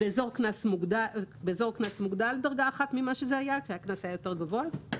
באזור קנס מוגדל בדרגה אחת מכפי שזה היה כי הקנס היה יותר גבוה.